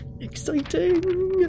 Exciting